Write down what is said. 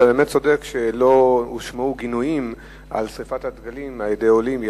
אתה באמת צודק שלא הושמעו גינויים על שרפת הדגלים על-ידי עולים,